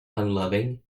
unloving